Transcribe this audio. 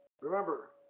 remember